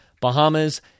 Bahamas